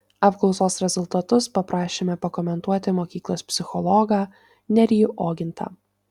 apklausos rezultatus paprašėme pakomentuoti mokyklos psichologą nerijų ogintą